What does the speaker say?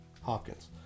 Hopkins